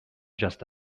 just